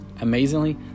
Amazingly